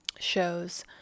shows